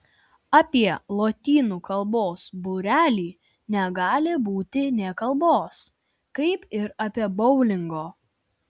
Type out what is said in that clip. apie lotynų kalbos būrelį negali būti nė kalbos kaip ir apie boulingo